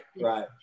right